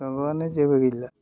बुंनांगौआनो जेबो गैला